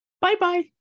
Bye-bye